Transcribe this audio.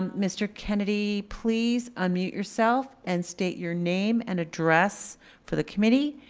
um mr. kennedy, please unmute yourself and state your name and address for the committee.